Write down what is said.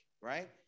Right